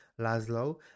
Laszlo